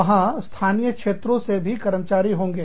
वहां स्थानीय क्षेत्रों से भी कर्मचारी होंगे